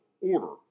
order